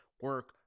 Work